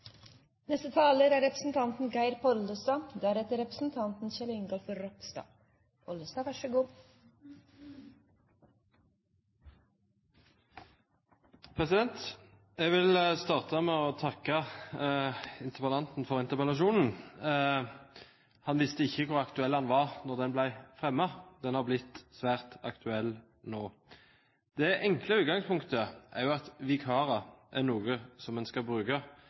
Jeg vil starte med å takke interpellanten for interpellasjonen. Han visste ikke hvor aktuell den var da den ble fremmet. Den har blitt svært aktuell nå. Det enkle utgangspunktet er at vikarer er noe som en skal bruke